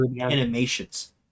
animations